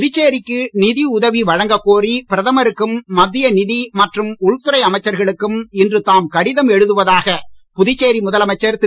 புதுச்சேரிக்கு நிதி உதவி வழங்கக் கோரி பிரதமருக்கும் மத்திய நிதி மற்றும் உள்துறை அமைச்சர்களுக்கும் இன்று தாம் கடிதம் எழுதுவதாக புதுச்சேரி முதலமைச்சர் திரு